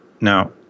Now